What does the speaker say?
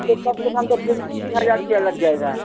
कम से कम त तीन हजार रुपया लग जाएगा